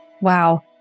wow